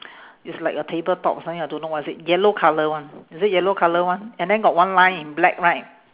it's like a table top something I don't know what is it yellow colour one is it yellow colour one and then got one line in black right